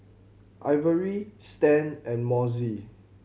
Ivory Stan and Mossie